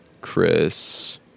Chris